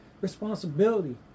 responsibility